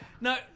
No